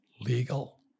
Legal